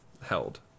held